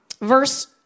verse